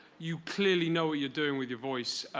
you clearly know what you're doing with your voice.